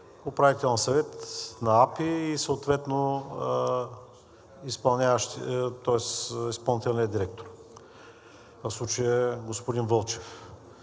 Управителният съвет на АПИ и съответно изпълнителният директор, в случая е господин Вълчев.